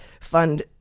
fund